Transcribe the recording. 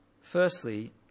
firstly